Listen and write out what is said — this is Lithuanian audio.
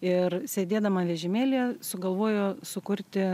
ir sėdėdama vežimėlyje sugalvojo sukurti